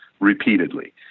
repeatedly